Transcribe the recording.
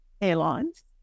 airlines